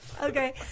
Okay